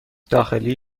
داخلی